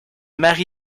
mary